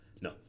No